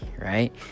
right